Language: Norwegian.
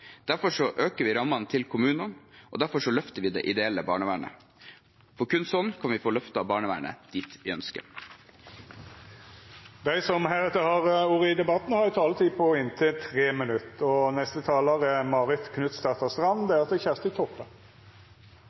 Derfor øker vi rammene til kommunene, og derfor løfter vi det ideelle barnevernet. For kun slik kan vi få løftet barnevernet dit vi ønsker. Dei talarane som heretter får ordet, har ei taletid på inntil 3 minutt. Barnevernet må bli bedre. Senterpartiet vil styrke familievernet for å forebygge og